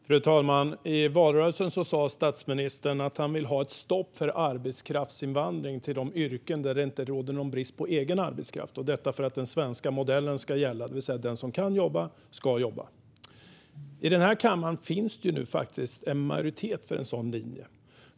Fru talman! I valrörelsen sa statsministern att han vill ha ett stopp för arbetskraftsinvandring till de yrken där det inte råder någon brist på egen arbetskraft, detta för att den svenska modellen ska gälla. Det vill säga, den som kan jobba ska jobba. I den här kammaren finns det nu en majoritet för en sådan linje.